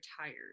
tired